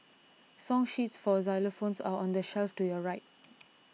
song sheets for xylophones are on the shelf to your right